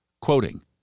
quoting